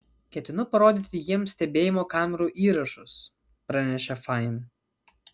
ketinu parodyti jiems stebėjimo kamerų įrašus pranešė fain